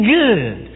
good